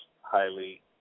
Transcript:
highly